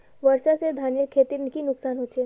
वर्षा से धानेर खेतीर की नुकसान होचे?